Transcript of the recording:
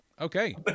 Okay